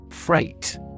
Freight